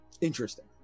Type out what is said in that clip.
interesting